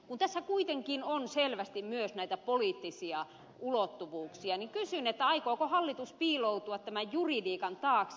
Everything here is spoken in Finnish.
kun tässä kuitenkin on selvästi myös näitä poliittisia ulottuvuuksia niin kysyn aikooko hallitus piiloutua tämän juridiikan taakse